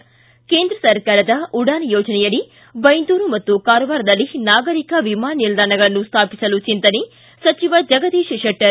ಿ ಕೇಂದ್ರ ಸರ್ಕಾರದ ಉಡಾನ್ ಯೋಜನೆಯಡಿ ಬೈಂದೂರು ಮತ್ತು ಕಾರವಾರದಲ್ಲಿ ನಾಗರಿಕ ವಿಮಾನ ನಿಲ್ದಾಣಗಳನ್ನು ಸ್ಥಾಪಿಸಲು ಚಿಂತನೆ ಸಚಿವ ಜಗದೀಶ್ ಶೆಟ್ಟರ್